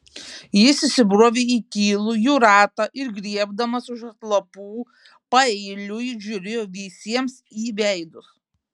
jis įsibrovė į tylų jų ratą ir griebdamas už atlapų paeiliui žiūrėjo visiems į veidus